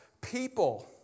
people